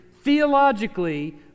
theologically